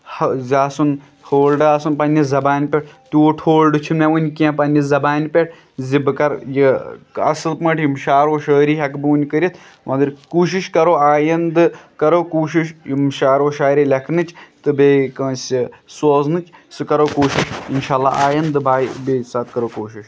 ہہ زِ آسُن ہولڈ آسُن پَنٕنہِ زَبانہِ پٮ۪ٹھ تیوٗت ہولڈ چھُ مےٚ ؤنۍ کیٚنہہ پَنٕنہِ زَبانہِ پٮ۪ٹھ زِ بہٕ کرٕ یہِ اَصٕل پٲٹھۍ یِم شارو شٲعری ہٮ۪کہٕ بہٕ ؤنۍ کٔرِتھ مَگر کوٗشش کرو آیندٕ کرو کوٗشِش یِم شارو شاعری لیکھنٕچ تہٕ بیٚیہِ کٲنسہِ سوزنٕچ سُہ کرو کوٗشِش اِنشاء اللہ آیندٕ باے بیٚیہِ ساتہٕ کرو کوٗشِش